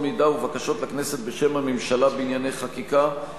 מידע ובקשות לכנסת בשם הממשלה בענייני חקיקה.